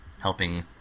helping